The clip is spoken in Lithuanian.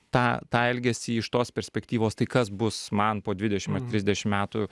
tą tą elgesį iš tos perspektyvos tai kas bus man po dvidešim ar trisdešim metų